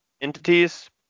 entities